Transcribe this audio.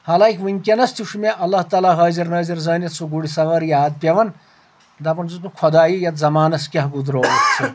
حالانٛکہِ ؤنکیٚنس تہِ چھُ مےٚ اللہ تعالیٰ حٲضر نٲضر زٲنِتھ سُہ گُرۍ سوارۍ یاد پٮ۪وان دپان چھُس بہٕ خۄدایہِ یتھ زمانس کیٛاہ گُدرووُتھ ژےٚ